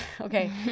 Okay